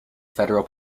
federal